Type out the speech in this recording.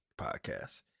Podcast